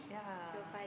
yeah